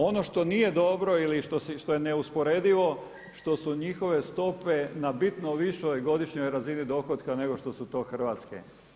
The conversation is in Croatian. Ono što nije dobro ili što je neusporedivo što su njihove stope na bitno višoj godišnjoj razini dohotka nego što su to hrvatske.